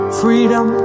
freedom